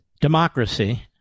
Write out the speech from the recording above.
democracy